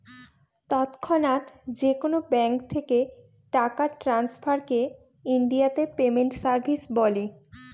তৎক্ষণাৎ যেকোনো ব্যাঙ্ক থেকে টাকা ট্রান্সফারকে ইনডিয়াতে পেমেন্ট সার্ভিস বলে